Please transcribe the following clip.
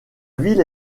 ville